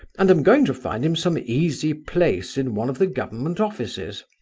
and am going to find him some easy place in one of the government offices.